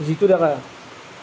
Jitu Deka